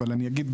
אבל אני אגיד,